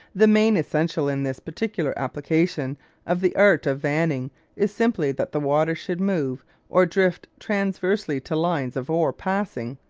the main essential in this particular application of the art of vanning is simply that the water should move or drift transversely to lines of ore passing,